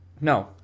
no